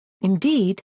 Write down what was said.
Indeed